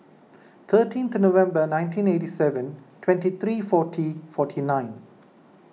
thirteenth November nineteen eighty seven twenty three forty forty nine